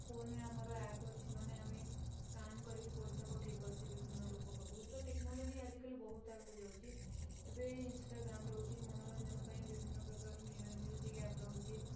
ଫୋନରେ ଆମର ଆପ୍ ଅଛି ମାନେ ଆମେ ସ୍କାନ୍ କରିକି ପଇସା ପଠେଇ ପାରୁଛେ ତ ବିଭିନ୍ନ ଲୋକଙ୍କ ପାଖକୁ ତ ଟେକ୍ନୋଲୋଜି ଆଜିକାଲି ବହୁତ ଆଗକୁ ଯାଉଛି ଏବେ ଇନଷ୍ଟାଗ୍ରାମ୍ ରହୁଛି ମନୋରଞ୍ଜନ ପାଇଁ ବିଭିନ୍ନ ପ୍ରକାର ମ୍ୟୁ ମ୍ୟୁଜିକ୍ ଆପ୍ ରହୁଛି